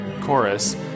chorus